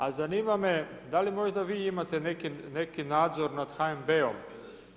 A zanima me, da li možda vi imate neki nadzor nad HNB-om?